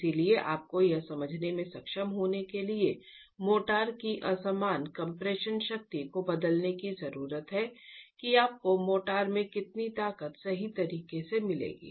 इसलिए आपको यह समझने में सक्षम होने के लिए मोर्टार की असमान कम्प्रेशन शक्ति को बदलने की जरूरत है कि आपको मोर्टार में कितनी ताकत सही तरीके से मिलेगी